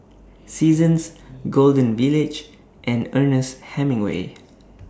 Seasons Golden Village and Ernest Hemingway